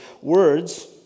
words